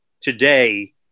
today